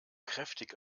kräftig